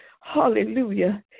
Hallelujah